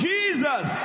Jesus